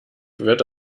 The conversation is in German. wird